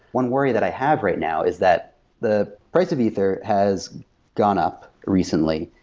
one worry that i have right now is that the price of ether has gone up recently,